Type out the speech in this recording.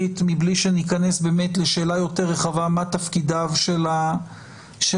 מבלי שניכנס באמת לשאלה יותר רחבה והיא מה תפקידיו של הנאמן.